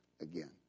again